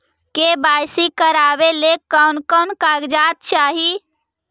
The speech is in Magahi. के.वाई.सी करावे ले कोन कोन कागजात चाही?